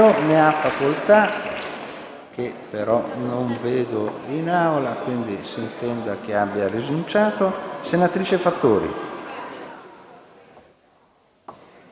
senatrice Fattori.